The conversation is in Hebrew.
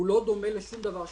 הוא לא דומה לשום דבר שהכרנו,